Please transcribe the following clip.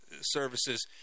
services